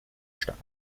stark